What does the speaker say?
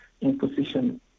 imposition